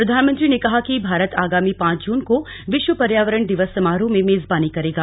प्रधानमंत्री ने कहा कि भारत आगामी पांच जुन को विश्व पर्यावरण दिवस समारोह की मेजबानी करेगा